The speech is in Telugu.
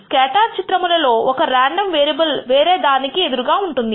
స్కేటర్ చిత్రముల లో ఒక రాండమ్ వేరియబుల్ వేరే దానికి ఎదురుగా ఉంటుంది